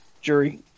jury